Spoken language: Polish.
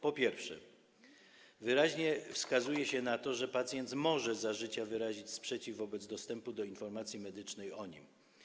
Po pierwsze, wyraźnie wskazuje się na to, że pacjent może za życia wyrazić sprzeciw wobec dostępu do informacji medycznej o nim.